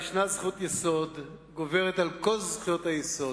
יש זכות יסוד שגוברת על כל זכויות היסוד,